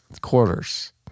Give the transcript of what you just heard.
Quarters